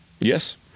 Yes